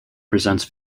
presents